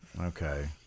Okay